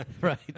Right